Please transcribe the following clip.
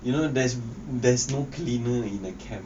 you know there's there's no cleaner in a camp